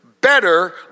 better